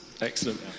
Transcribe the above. Excellent